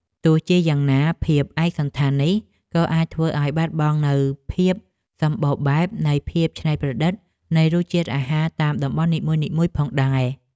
ទោះជាយ៉ាងណាភាពឯកសណ្ឋាននេះក៏អាចធ្វើឲ្យបាត់បង់នូវភាពសម្បូរបែបនិងភាពច្នៃប្រឌិតនៃរសជាតិអាហារតាមតំបន់នីមួយៗផងដែរ។